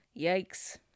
Yikes